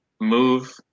move